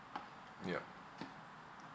yup